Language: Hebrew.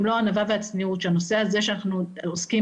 במלוא הענווה והצניעות שהנושא הזה שאנחנו עוסקים